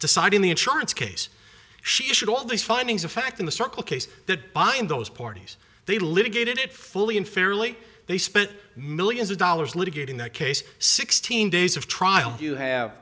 deciding the insurance case should all these findings of fact in the circle case that bind those parties they litigated it fully and fairly they spent millions of dollars litigating their case sixteen days of trial you have